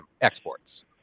exports